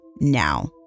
now